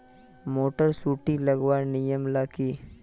Motor सुटी लगवार नियम ला की?